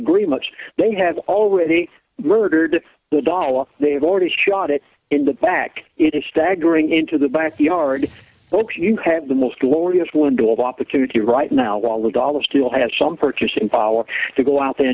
agree much they have already murdered the dollar they've already shot it in the back it is staggering into the backyard don't you have the most glorious window of opportunity right now although dollars still has some purchasing power to go out there